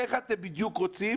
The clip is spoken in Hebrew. איך אתם בדיוק רוצים